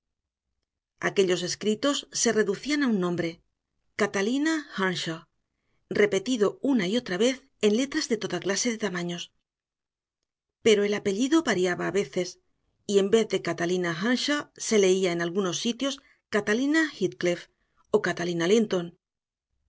aquellos escritos se reducían a un nombre catalina earnshaw repetido una y otra vez en letras de toda clase de tamaños pero el apellido variaba a veces y en vez de catalina earnshaw se leía en algunos sitios catalina heathcliff o catalina linton